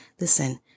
Listen